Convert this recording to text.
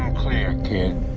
um clear, kid!